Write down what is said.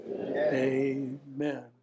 Amen